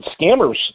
scammers